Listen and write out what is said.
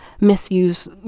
misuse